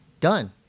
done